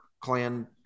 clan